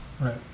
right